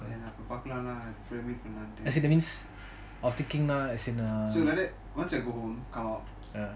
let's say that means of takinh as in